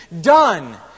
done